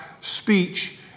speech